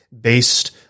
based